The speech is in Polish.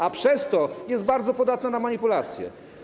A przez to jest bardzo podatna na manipulacje.